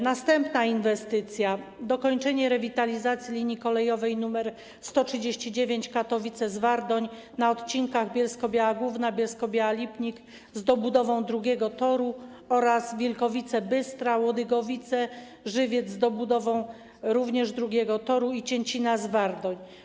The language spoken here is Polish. Następna inwestycja: dokończenie rewitalizacji linii kolejowej nr 139 Katowice - Zwardoń na odcinkach Bielsko-Biała Główna - Bielsko-Biała Lipnik z dobudową drugiego toru oraz Wilkowice Bystra - Łodygowice - Żywiec, z dobudową również drugiego toru, i Cięcina - Zwardoń.